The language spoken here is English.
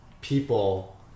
people